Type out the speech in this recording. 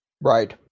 Right